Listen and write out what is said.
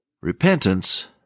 Repentance